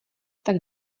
tak